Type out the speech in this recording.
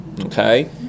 Okay